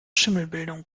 schimmelbildung